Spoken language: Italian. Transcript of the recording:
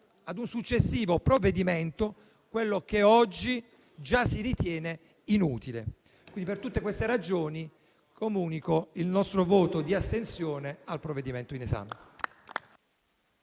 ad un successivo provvedimento quello che oggi già si ritiene inutile. Per tutte queste ragioni, comunico il nostro voto di astensione sul provvedimento in esame.